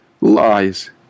Lies